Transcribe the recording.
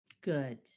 Good